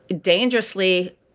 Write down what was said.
dangerously